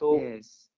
Yes